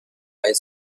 high